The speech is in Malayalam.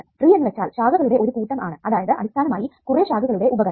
ട്രീ എന്ന് വെച്ചാൽ ശാഖകളുടെ ഒരു കൂട്ടം ആണ് അതായത് അടിസ്ഥാനമായി കുറെ ശാഖകളുടെ ഉപഗണം